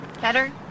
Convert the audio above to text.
Better